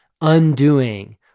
undoing